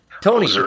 Tony